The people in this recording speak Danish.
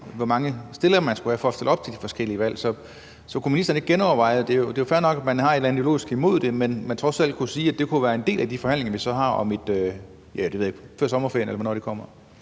hvor mange stillere der skulle være for at stille op til de forskellige valg. Så kunne ministeren ikke genoverveje det? Det er jo fair nok, at man har et eller anden ideologisk imod det, men man kunne måske trods alt sige, at det kunne være, at det kunne være en del af de forhandlinger, vi så har før sommerferien, eller hvornår de kommer.